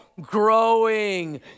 growing